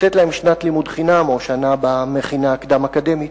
שנת לימוד חינם או שנה במכינה הקדם-אקדמית.